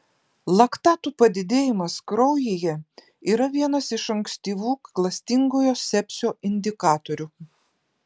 laktatų padidėjimas kraujyje yra vienas iš ankstyvų klastingojo sepsio indikatorių